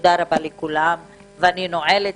תודה רבה, הישיבה נעולה.